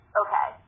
okay